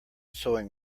sewing